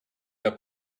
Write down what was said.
der